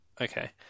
Okay